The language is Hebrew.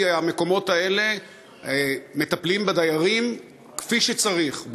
המקומות האלה מטפלים בהם כפי שצריך,